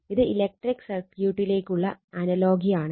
ഇത് ഇലക്ട്രിക് സർക്യൂട്ടിലെക്കുള്ള അനലോഗി ആണ്